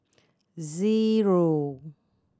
zero